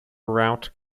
route